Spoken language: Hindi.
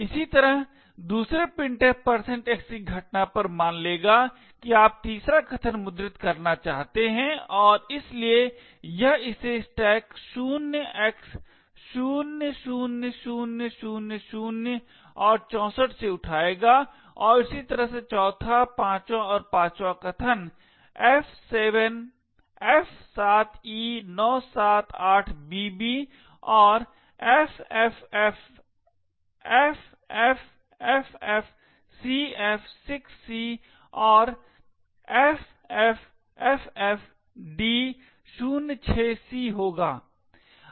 इसी तरह दूसरे printf x की घटना पर मान लेगा कि आप तीसरा कथन मुद्रित करना चाहते हैं और इसलिए यह इसे स्टैक 0x000000 और 64 से उठाएगा और इसी तरह चौथा पांचवां और पांचवां कथन f7e978bb और ffffcf6c और ffffd06c होगा